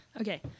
Okay